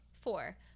Four